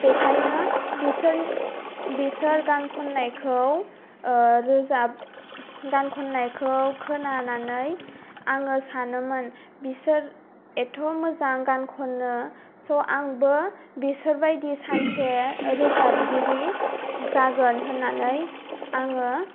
बेखायनो बिसोर बिसोर गान खननायखौ ओ रोजाब गान खननायखौ खोनासंनानै आङो सानोमोन बिसोर एथ' मोजां गान खनो स आंबो बेसोरबायदि सानसे रोजाबगिरि जागोन होननानै आङो